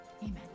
Amen